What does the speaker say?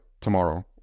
tomorrow